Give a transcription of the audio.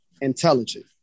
intelligent